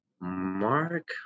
mark